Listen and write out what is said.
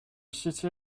city